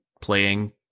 playing